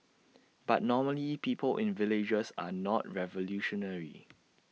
but normally people in villages are not revolutionary